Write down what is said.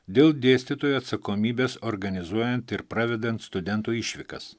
dėl dėstytojų atsakomybės organizuojant ir pravedant studentų išvykas